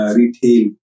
retail